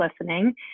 listening